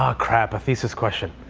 um crap, a thesis question.